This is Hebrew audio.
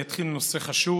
אני אתחיל מנושא חשוב,